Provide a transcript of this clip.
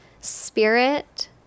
spirit